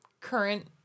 current